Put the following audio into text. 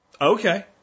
Okay